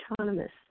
autonomous